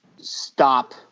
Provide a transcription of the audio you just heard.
stop